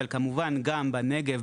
אבל כמובן גם בנגב,